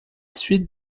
suite